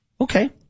Okay